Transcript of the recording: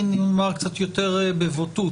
אומר קצת יותר בבוטות,